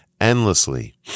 endlessly